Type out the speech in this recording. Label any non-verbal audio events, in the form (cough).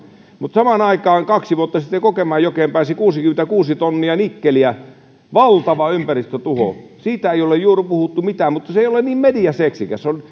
mutta samaan aikaan kaksi vuotta sitten kokemäenjokeen pääsi kuusikymmentäkuusi tonnia nikkeliä valtava ympäristötuho siitä ei ole puhuttu juuri mitään se ei ole niin mediaseksikäs aihe se on (unintelligible)